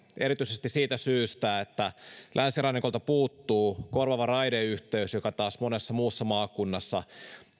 erityisesti siitä syystä että länsirannikolta puuttuu korvaava raideyhteys joka taas monessa muussa maakunnassa